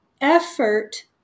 Effort